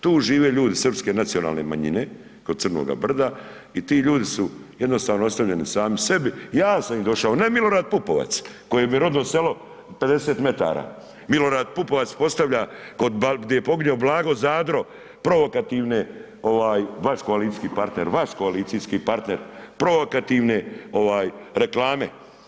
Tu žive ljudi srpske nacionalne manjine kod crnoga brda i ti ljudi su jednostavno ostavljeni sami sebe, ja sam im došao, ne Milorad Pupovac, kojem je rodno selo 50 metara, Milorad Pupovac postavlja kod, di je poginuo Blago Zadro provokativne, vaš koalicijski partner, vaš koalicijski partner provokativne reklame.